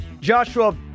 Joshua